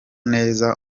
neza